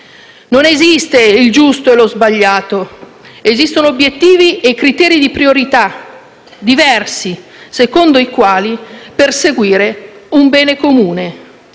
Non esistono il giusto e lo sbagliato, ma esistono obiettivi e criteri di priorità diversi, secondo i quali perseguire un bene comune.